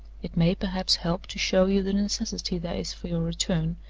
it may, perhaps, help to show you the necessity there is for your return,